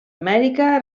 amèrica